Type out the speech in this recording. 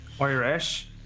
Irish